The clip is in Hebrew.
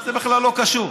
זה בכלל לא קשור.